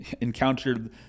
encountered